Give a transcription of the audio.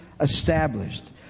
established